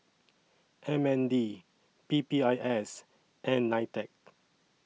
M N D P P I S and NITEC